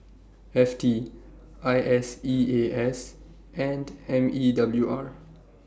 F T I S E A S and M E W R